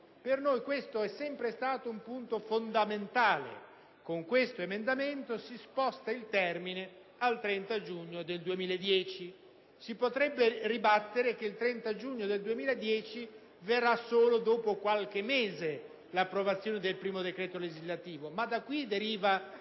Per noi questo è stato sempre un punto fondamentale. Con l'emendamento in esame si sposta il termine al 30 giugno 2010. Si potrebbe ribattere che il 30 giugno 2010 verrà solo dopo qualche mese l'approvazione del primo decreto legislativo, ma da ciò derivano la